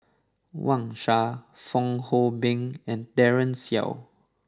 Wang Sha Fong Hoe Beng and Daren Shiau